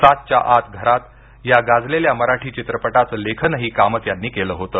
सातच्या आत घरात या गाजलेल्या मराठी चित्रपटाचं लेखनही कामत यांनी केलं होतं